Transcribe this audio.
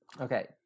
Okay